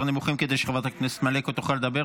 נמוכים כדי שחברת הכנסת מלקו תוכל לדבר?